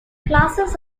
classes